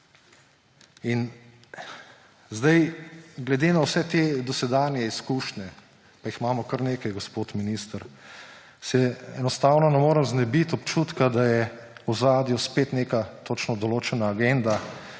In glede na vse te dosedanje izkušnje, jih imamo kar nekaj, gospod minister, se enostavno ne morem znebiti občutka, da je v ozadju spet neka točno določena agenda,